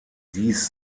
dies